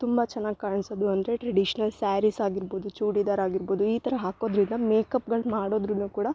ತುಂಬ ಚೆನ್ನಾಗ್ ಕಾಣಿಸೋದು ಅಂದರೆ ಟ್ರಡಿಷ್ನಲ್ ಸ್ಯಾರೀಸ್ ಆಗಿರ್ಬೋದು ಚೂಡಿದಾರ್ ಆಗಿರ್ಬೋದು ಈ ಥರ ಹಾಕೋದ್ರಿಂದ ಮೇಕಪ್ಗಳು ಮಾಡಿದ್ರು ಕೂಡ